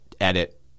edit